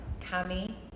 Kami